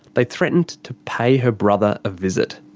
they threatened to pay her brother a visit.